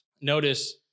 Notice